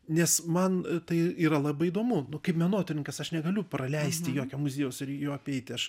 nes man tai yra labai įdomu nu kaip menotyrininkas aš negaliu praleisti jokio muziejaus ir jo apeiti aš